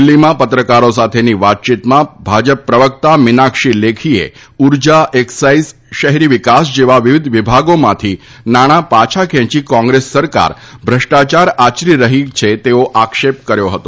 દિલ્હીમાં પત્રકારો સાથેની વાતચીતમાં ભાજપ પ્રવક્તા મિનાક્ષી લેખીએ ઊર્જા એક્સાઈઝ શહેરી વિકાસ જેવા વિવિધ વિભાગોમાંથી નાણાં પાછા ખેંચી કોંગ્રેસ સરકાર ભ્રષ્ટાયાર આચરી રહી છે તેવો આક્ષેપ કર્યો છે